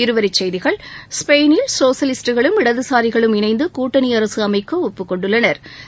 இருவரி செய்திகள் ஸ்பெயினில் சோசலிஸ்டுகளும் இடதுசாரிகளும் இணைந்து கூட்டணி அரசு அமைக்க ஒப்புக்கொண்டுள்ளனா்